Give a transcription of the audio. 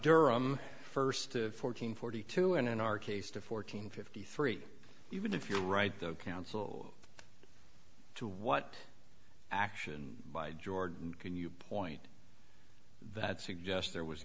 durham first to fourteen forty two and in our case to fourteen fifty three even if you're right the counsel to what action by jordan can you point that suggest there was